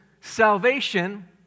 salvation